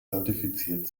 zertifiziert